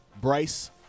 Bryce